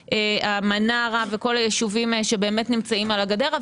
מנרה וכל היישובים שבאמת נמצאים על הגדר,